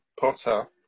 Potter